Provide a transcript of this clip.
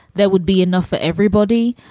there would be enough for everybody.